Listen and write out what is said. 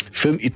film